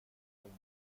reina